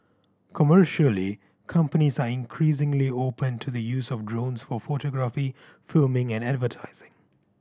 commercially companies are increasingly open to the use of drones for photography filming and advertising